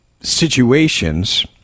situations